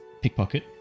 pickpocket